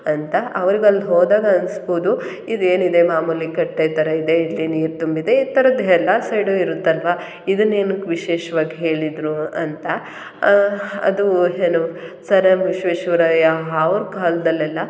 ಅಂತ ಅವರಿಗೂ ಅಲ್ಲಿ ಹೋದಾಗ ಅನಿಸ್ಬೋದು ಇದು ಏನಿದೆ ಮಾಮೂಲಿ ಕಟ್ಟೆ ಥರ ಇದೆ ಇಲ್ಲಿ ನೀರು ತುಂಬಿದೆ ಈ ಥರದ್ದು ಎಲ್ಲ ಸೈಡು ಇರುತ್ತಲ್ಲವಾ ಇದನ್ನು ಏನಕ್ ವಿಶೇಷ್ವಾಗಿ ಹೇಳಿದರು ಅಂತ ಅದು ಏನು ಸರ್ ಎಮ್ ವಿಶ್ವೇಶ್ವರಯ್ಯ ಅವ್ರ ಕಾಲದಲ್ಲೆಲ್ಲ